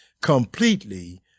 completely